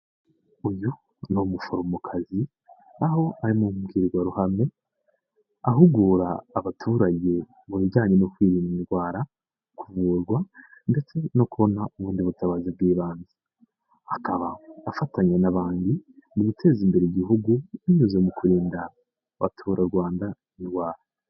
Uyu ni umuforomokazi, aho ari mu mbwirwaruhame ahugura abaturage mu bijyanye no kwirinda indwara, kuvurwa ndetse no kubona ubundi butabazi bw'ibanze. Akaba afatanya n'abandi mu guteza imbere igihugu binyuze mu kurinda abaturarwanda indwara.